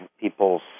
people's